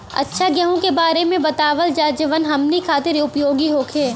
अच्छा गेहूँ के बारे में बतावल जाजवन हमनी ख़ातिर उपयोगी होखे?